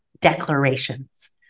declarations